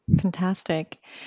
Fantastic